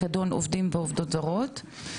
הוועדה מבקשת ממשרד האוצר,